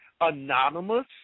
Anonymous